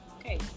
Okay